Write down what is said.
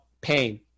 pain